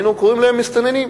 היינו קוראים להם מסתננים,